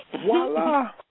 Voila